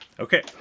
Okay